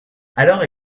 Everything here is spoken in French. alors